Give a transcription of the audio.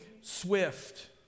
swift